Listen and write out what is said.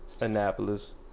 Annapolis